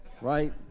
Right